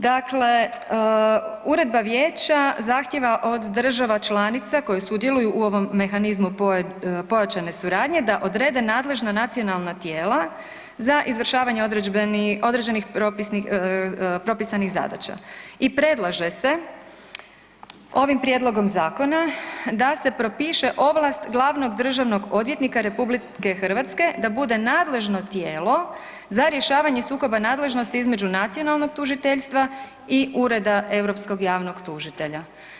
Dakle, uredba Vijeća zahtjeva od država članica koje sudjeluju u ovom mehanizmu pojačane suradnje, da odrede nadležna nacionalna tijela za izvršavanje određenih propisanih zadaća i predlaže se ovim prijedlogom zakona da se propiše ovlast glavnog državnog odvjetnika RH da bude nadležno tijelo za rješavanje sukoba nadležnosti između nacionalnog tužiteljstva i Ureda europskog javnog tužitelja.